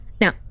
Now